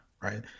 right